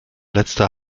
letzte